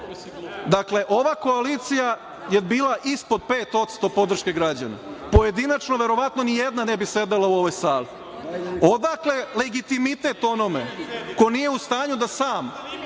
temama. Ova koalicija je bila ispod 5% podrške građana, pojedinačno verovatno nijedna ne bi sedela u ovoj sali. Odakle legitimitet onome ko nije u stanju da sam